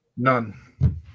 None